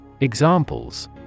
Examples